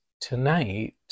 tonight